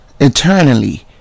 eternally